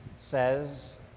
says